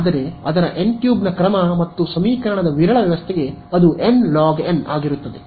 ಆದರೆ ಅದರ n3 ನ ಕ್ರಮ ಮತ್ತು ಸಮೀಕರಣದ ವಿರಳ ವ್ಯವಸ್ಥೆಗೆ ಅದು nlog ಆಗಿರುತ್ತದೆ